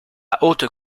hautes